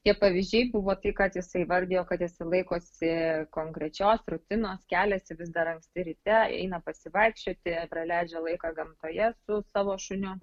tie pavyzdžiai buvo tai kad jisai įvardijo kad jisai laikosi konkrečios rutinos keliasi vis dar anksti ryte eina pasivaikščioti praleidžia laiką gamtoje su savo šuniu